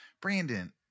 Brandon